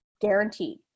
guaranteed